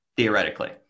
theoretically